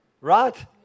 Right